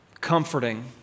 comforting